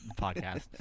podcast